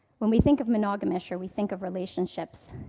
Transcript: when we think of monogamish or we think of relationships,